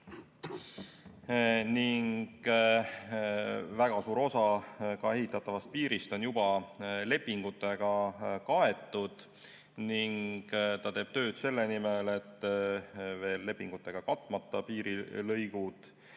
Väga suur osa ehitatavast piirist on juba ka lepingutega kaetud ning ta teeb tööd selle nimel, et seni veel lepingutega katmata piirilõigud